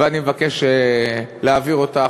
ואני מבקש להעביר אותה.